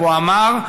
והוא אמר: